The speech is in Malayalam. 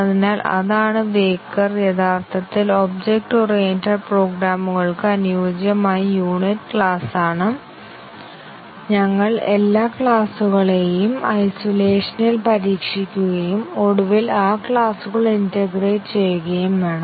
അതിനാൽ അതാണ് വെയ്ക്കർ യഥാർത്ഥത്തിൽ ഒബ്ജക്റ്റ് ഓറിയന്റഡ് പ്രോഗ്രാമുകൾക്ക് അനുയോജ്യമായ യൂണിറ്റ് ക്ലാസാണ് ഞങ്ങൾ എല്ലാ ക്ലാസുകളെയും ഐസോലേഷനിൽ പരീക്ഷിക്കുകയും ഒടുവിൽ ആ ക്ലാസുകൾ ഇന്റേഗ്രേറ്റ് ചെയ്യുകയും വേണം